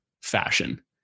fashion